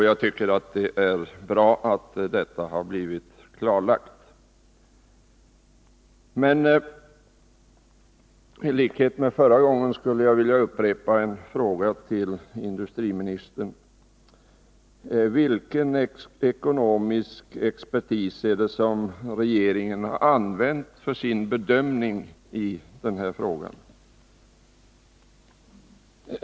Jag tycker att det är bra att det har blivit klarlagt. Men ilikhet med vad jag gjorde förra gången skulle jag vilja ställa en fråga till industriministern: Vilken ekonomisk expertis är det som regeringen har använt för sin bedömning i den här frågan?